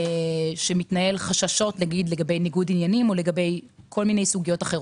כי יש חששות לגבי ניגוד עניינים או לגבי סוגיות אחרות.